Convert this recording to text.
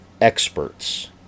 experts